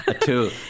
two